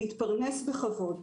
להתפרנס בכבוד.